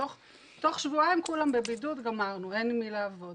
תוך שבועיים כולם בבידוד, גמרנו, אין עם מי לעבוד.